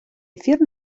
ефір